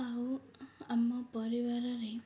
ଆଉ ଆମ ପରିବାରରେ